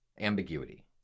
ambiguity